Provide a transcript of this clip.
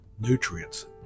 nutrients